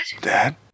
Dad